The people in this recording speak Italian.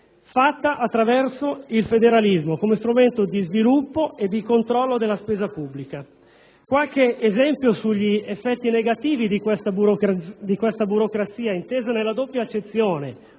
condotta attraverso il federalismo come strumento di sviluppo e di controllo della spesa pubblica. Vorrei fornirvi alcuni esempi degli effetti negativi di questa burocrazia intesa nella doppia accezione